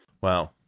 Wow